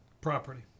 property